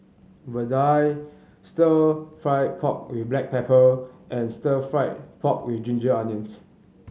vadai Stir Fry pork with black pepper and Stir Fried Pork With Ginger Onions